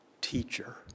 teacher